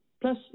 Plus